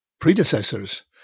predecessors